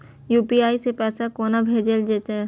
UPI सै पैसा कोना भैजल जाय?